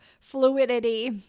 fluidity